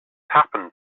happened